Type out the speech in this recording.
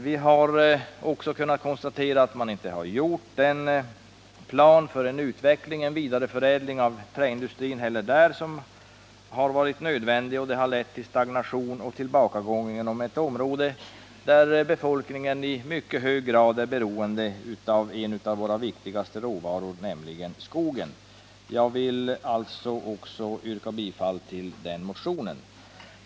Vi har också kunnat konstatera att man inte heller där har upprättat den plan för utveckling och vidareförädling av träindustrin som skulle ha varit nödvändig. Det har lett till stagnation och tillbakagång inom ett område där befolkningen i mycket hög grad är beroende av en av våra viktigaste råvaror, nämligen skogen. Jag vill alltså yrka bifall också till den motionen.